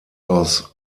aus